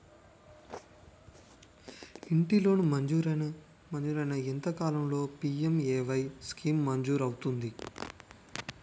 ఇంటి లోన్ మంజూరైన ఎంత కాలంలో పి.ఎం.ఎ.వై స్కీమ్ మంజూరు అవుతుంది?